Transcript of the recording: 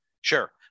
Sure